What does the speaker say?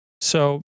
So-